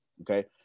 okay